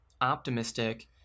optimistic